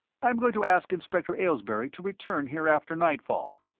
i am going to ask inspector aylesbury to return here after nightfall.